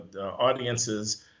audiences